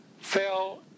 fell